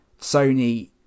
Sony